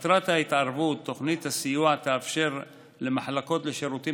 מטרת ההתערבות: תוכנית הסיוע תאפשר למחלקות לשירותים